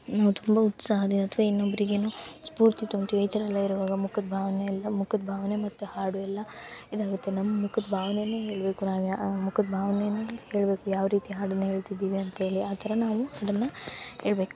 ನಾವು ತುಂಬ ಉತ್ಸಾಹದಿಂದ ಅಥ್ವಾ ಇನ್ನೊಬ್ಬರಿಗೇನು ಸ್ಫೂರ್ತಿ ತುಂಬ್ತೀವಿ ಈ ಥರ ಎಲ್ಲ ಇರುವಾಗ ಮುಖದ ಭಾವನೆ ಎಲ್ಲ ಮುಖದ ಭಾವನೆ ಮತ್ತು ಹಾಡು ಎಲ್ಲ ಇದಾಗುತ್ತೆ ನಮ್ಮ ಮುಖದ ಭಾವ್ನೆಯೇ ಹೇಳಬೇಕು ನಾವು ಯಾ ಮುಖದ ಭಾವ್ನೆಯೇ ಹೇಳಬೇಕು ಯಾವ ರೀತಿ ಹಾಡನ್ನು ಹೇಳ್ತಿದ್ದೀವಿ ಅಂತ್ಹೇಳಿ ಆ ಥರ ನಾವು ಅದನ್ನು ಹೇಳ್ಬೇಕು